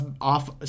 off